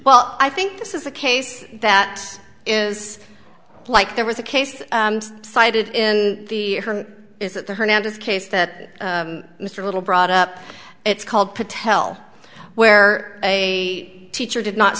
well i think this is a case that is like there was a case cited in the is it the hernandez case that mr little brought up it's called patel where a teacher did not